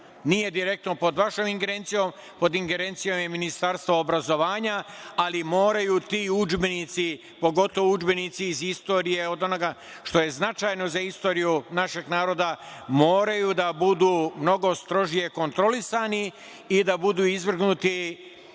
nije direktno pod vašom ingerencijom, pod ingerencijom je Ministarstva obrazovanja, ali moraju ti udžbenici, pogotovo udžbenici iz istorije, od onoga što je značajno za istoriju našeg naroda, moraju da budu mnogo strože kontrolisani i da budu izvrgnuti